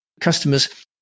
customers